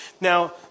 Now